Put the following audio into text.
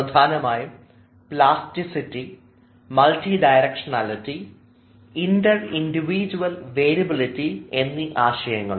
പ്രധാനമായും plasticity multi directionality inter individual variability എന്നീ ആശയങ്ങളിൽ